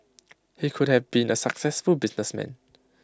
he could have been A successful businessman